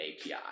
API